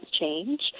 change